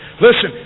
Listen